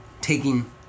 taking